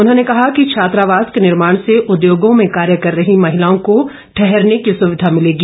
उन्होंने कहा कि छात्रावास के निर्माण से उद्योगों में कार्य कर रही महिलाओं को ठहरने की सुविधा मिलेगी